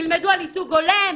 תלמדו על ייצוג הולם,